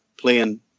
Playing